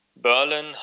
Berlin